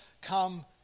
come